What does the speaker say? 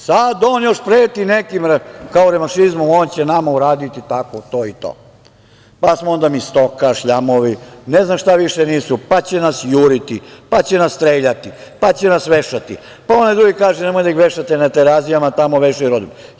Sad on još preti nekima, kao revanšizmom, on će nama uraditi tako to i to, pa smo onda mi stoka, šljamovi, ne znam šta više nisu, pa će nas juriti, pa će nas streljati, pa će nas vešati, pa onaj drugi kaže nemojte da ih vešate na Terazijama, tamo vešaju rodoljube.